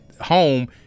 home